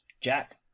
Jack